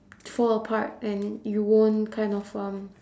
fall apart and you won't kind of um